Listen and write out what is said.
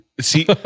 See